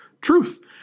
truth